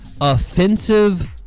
offensive